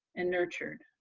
and nurtured.